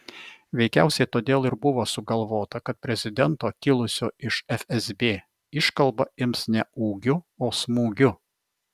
veikiausiai todėl ir buvo sugalvota kad prezidento kilusio iš fsb iškalba ims ne ūgiu o smūgiu